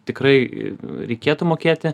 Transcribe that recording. tikrai reikėtų mokėti